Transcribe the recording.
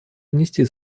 внести